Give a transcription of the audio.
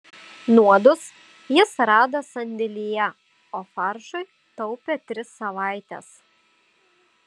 nuodus jis rado sandėlyje o faršui taupė tris savaites